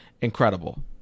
Incredible